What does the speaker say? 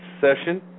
session